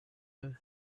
the